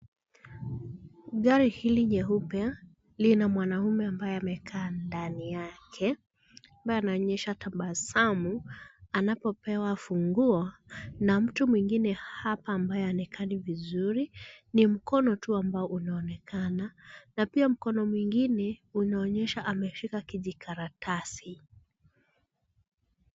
Gari hili nyeupe lina mwanaume ambaye amekaa ndani yake, ambaye anaonyesha tabasamu anapopewa funguo na mtu mwingine hapa ambaye haonekani vizuri. Ni mkono tu ambao unaonekana. Na pia mkono mwingine unaonyesha ameshika kijikaratasi.